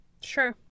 Sure